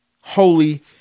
Holy